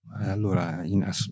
Allora